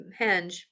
Henge